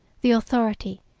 the authority,